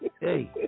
Hey